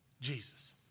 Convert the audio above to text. Jesus